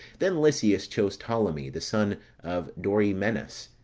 then lysias chose ptolemee, the son of dorymenus,